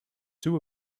two